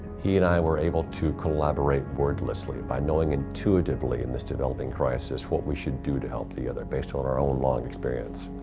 he and i were able to collaborate wordlessly by knowing intuitively in this developing crisis what we should do to help the other, based on our own long experience.